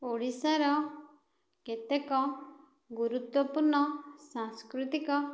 ଓଡ଼ିଶାର କେତେକ ଗୁରୁତ୍ୱପୂର୍ଣ ସାଂସ୍କୃତିକ